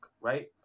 right